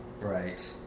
right